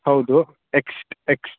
ಹೌದು ಎಕ್ಸ್ಟ್ ಎಕ್ಸ್ಟ್